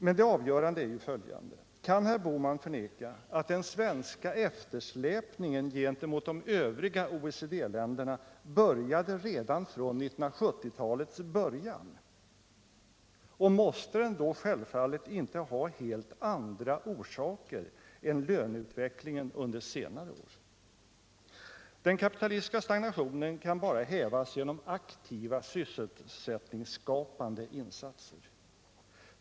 Men det avgörande är ju följande: Kan herr Bohman förneka att den svenska eftersläpningen gentemot de övriga OECD-länderna inleddes redan vid 1970-talets början? Måste den då självfallet inte ha helt andra orsaker än löneutvecklingen under senare år? Den kapitalistiska stagnationen kan bara hävas genom aktiva, sysselsättningsskapande insatser.